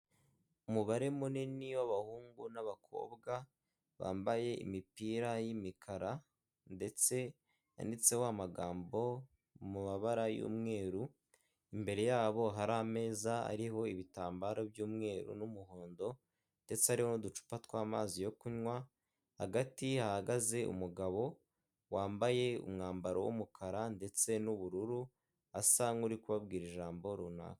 Umubare munini w'abahungu n'abakobwa, bambaye imipira y'imikara ndetse yanditseho amagambo mu mabara y'umweru, imbere yabo hari ameza ariho ibitambaro by'umweru n'umuhondo ndetse hariho n'uducupa tw'amazi yo kunywa, hagati hahagaze umugabo wambaye umwambaro w'umukara ndetse n'ubururu asa nk'uri kubabwira ijambo runaka.